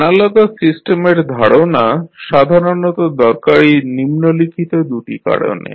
analogous সিস্টেমের ধারণা সাধারণত দরকারী নিম্নলিখিত দু'টি কারণে